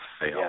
fail